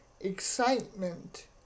excitement